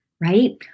right